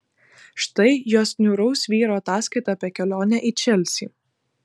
štai jos niūraus vyro ataskaita apie kelionę į čelsį